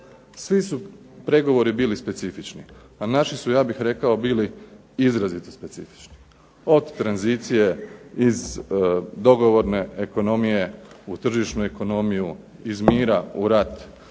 Svi su pregovori bili specifični, a naši su ja bih rekao bili izrazito specifični od tranzicije iz dogovorne ekonomije u tržišnu ekonomiju, iz mira u rat